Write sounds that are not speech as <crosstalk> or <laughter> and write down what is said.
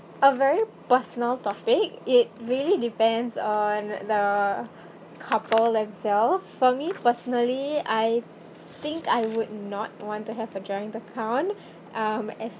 a very personal topic it really depends on the couple themselves for me personally I think I would not want to have a joint account <breath> um es~